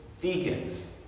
deacons